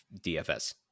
DFS